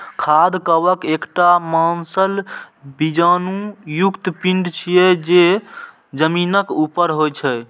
खाद्य कवक एकटा मांसल बीजाणु युक्त पिंड छियै, जे जमीनक ऊपर होइ छै